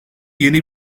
yeni